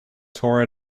tore